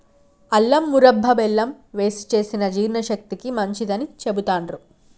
అల్లం మురబ్భ బెల్లం వేశి చేసిన జీర్ణశక్తికి మంచిదని చెబుతాండ్రు